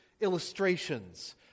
illustrations